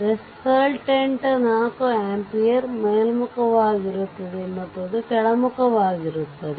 ಆದ್ದರಿಂದ resultant 4 ampere ಮೇಲ್ಮುಖವಾಗಿರುತ್ತದೆ ಮತ್ತು ಅದು ಕೆಳಮುಖವಾಗಿರುತ್ತದೆ